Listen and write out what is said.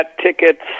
tickets